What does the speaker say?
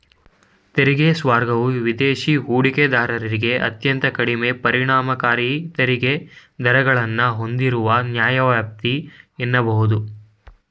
ತೆರಿಗೆ ಸ್ವರ್ಗವು ವಿದೇಶಿ ಹೂಡಿಕೆದಾರರಿಗೆ ಅತ್ಯಂತ ಕಡಿಮೆ ಪರಿಣಾಮಕಾರಿ ತೆರಿಗೆ ದರಗಳನ್ನ ಹೂಂದಿರುವ ನ್ಯಾಯವ್ಯಾಪ್ತಿ ಎನ್ನಬಹುದು